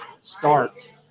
start